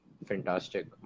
Fantastic